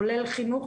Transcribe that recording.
כולל חינוך,